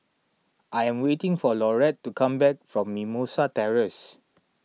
I am waiting for Lauretta to come back from Mimosa Terrace